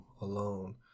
alone